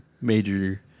major